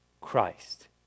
Christ